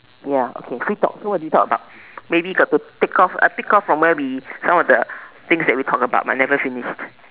ya okay free talk so what do you talk about maybe got to pick off uh pick off from where we some of the things that we talked about but never finish